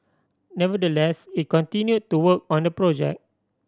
nevertheless it continue to work on the project